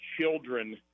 children